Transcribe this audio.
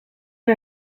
den